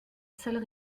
seul